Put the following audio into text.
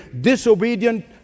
disobedient